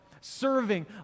serving